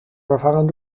vervangen